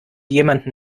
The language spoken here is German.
jemanden